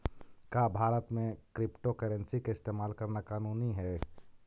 का भारत में क्रिप्टोकरेंसी के इस्तेमाल करना कानूनी हई?